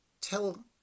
tell